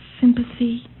sympathy